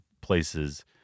places